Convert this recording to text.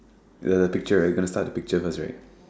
the the picture right gonna start the picture first right